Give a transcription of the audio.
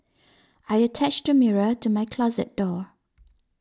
I attached a mirror to my closet door